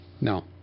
No